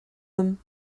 them